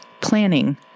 planning